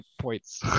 points